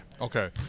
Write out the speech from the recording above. Okay